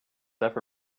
ever